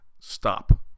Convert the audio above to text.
stop